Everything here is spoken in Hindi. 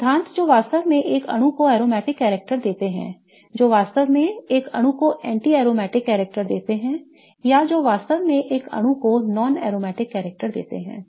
सिद्धांत जो वास्तव में एक अणु को aromatic character देते हैं जो वास्तव में एक अणु को anti aromatic character देते हैं या जो वास्तव में एक अणु देते हैं non aromatic character है